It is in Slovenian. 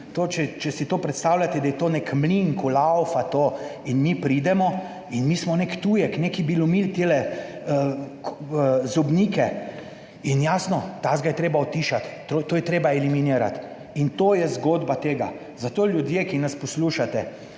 Če si predstavljate, da je to nek mlin, ki "laufa", in mi pridemo, smo mi nek tujek, bi lomili te zobnike. In, jasno, takega je treba utišati, to je treba eliminirati. In to je zgodba tega. Zato, ljudje, ki nas poslušate,